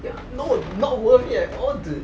ya no not worth it at all dude